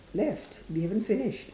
left we haven't finished